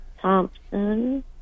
Thompson